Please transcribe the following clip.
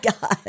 God